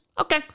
okay